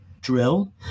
drill